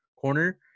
corner